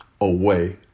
away